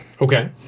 Okay